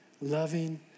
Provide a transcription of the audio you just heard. loving